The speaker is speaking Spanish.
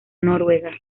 noruega